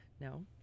No